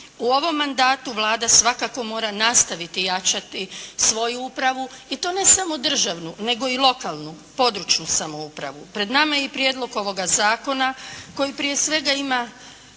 U ovom mandatu Vlada svakako mora nastaviti jačati svoju upravu i to ne samo državnu nego i lokalnu, područnu samoupravu. Pred nama je i Prijedlog ovoga zakona koji prije svega ima